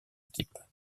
équipe